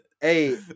Hey